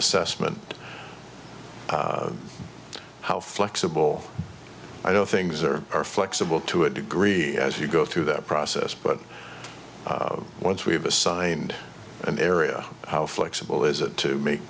assessment how flexible i don't things or are flexible to a degree as you go through that process but once we have assigned an area how flexible is it to make